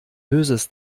böses